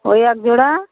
ওই একজোড়া